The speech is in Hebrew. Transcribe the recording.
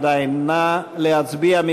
הסתייגות מס' 45, לסעיף 2 עדיין, נא להצביע.